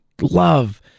love